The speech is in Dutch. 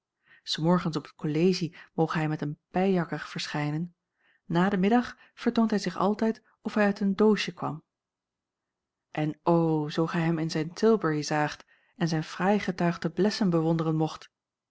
s morgens op t kollegie moge hij met een pijjakker verschijnen na den middag vertoont hij zich altijd of hij uit een doosje kwam en o zoo gij hem in zijn tilbury zaagt en zijn fraai getuigde blessen bewonderen mocht